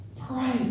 pray